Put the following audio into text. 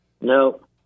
No